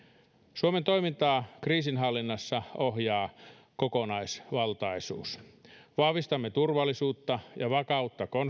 suomen toimintaa kriisinhallinnassa ohjaa kokonaisvaltaisuus vahvistamme turvallisuutta ja vakautta